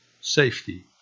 Safety